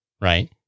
right